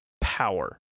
power